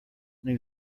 new